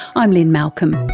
i'm lynne malcolm,